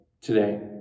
today